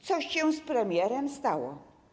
Co się z premierem stało?